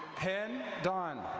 pen don.